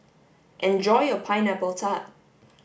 enjoy your pineapple tart